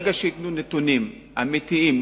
ברגע שייתנו נתונים אמיתיים,